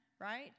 right